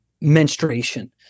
menstruation